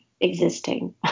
existing